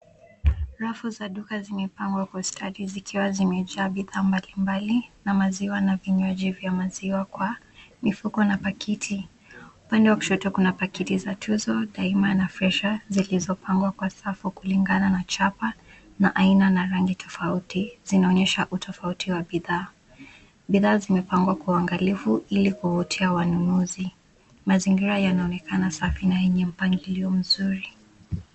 Rafu za duka zimepangwa kwa ustadi zikiwa zimejaa bidhaa mbali mbali na maziwa na vinywaji vya maziwa kwa mifuko na pakiti. Upande wa kushoto, kuna pakiti za Tuzo, Daima na Fresha zilizopangwa kwa safu kulingana na chapa, na aina na rangi tofauti, zinaonyesha utofauti wa bidhaa. Bidhaa zimepangwa kwa uangalifu hili kuvutia wanunuzi. Mazingira yanaonekana safi na yenye mpangilio mzuri.